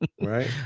Right